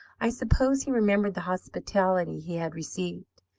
i suppose he remembered the hospitality he had received.